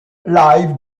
live